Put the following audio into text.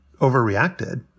overreacted